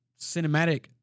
cinematic